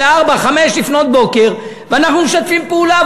ב-04:00 05:00. ואנחנו משתפים פעולה,